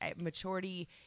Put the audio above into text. maturity